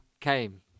came